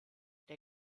der